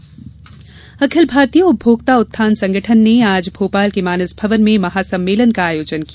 उपभोक्ता महासम्मेलन अखिल भारतीय उपभोक्ता उत्थान संगठन ने आज भोपाल के मानस भवन में महासम्मेलन का आयोजन किया